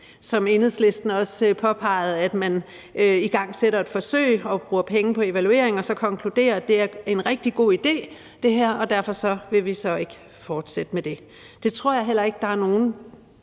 som Enhedslisten også påpegede, at man igangsætter et forsøg og bruger penge på evaluering og så konkluderer, at det er en rigtig god idé, og derfor vil vi så ikke fortsætte med det. Det tror jeg heller ikke der er nogen